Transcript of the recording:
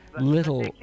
little